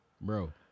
Bro